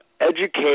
educate